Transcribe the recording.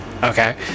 Okay